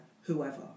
whoever